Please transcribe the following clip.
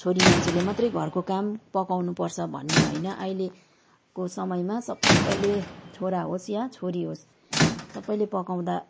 छोरी मान्छेले मात्रै घरको काम पकाउनुपर्छ भन्ने होइन अहिलेको समयमा सबैले छोरा होस् या छोरी होस् सबैले पकाउँदा